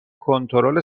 کنترل